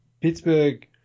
Pittsburgh